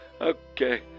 Okay